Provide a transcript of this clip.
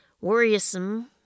worrisome